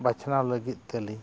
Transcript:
ᱵᱟᱪᱷᱱᱟᱣ ᱞᱟᱹᱜᱤᱫ ᱛᱮᱞᱤᱧ